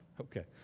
Okay